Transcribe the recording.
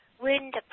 wind